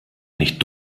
nicht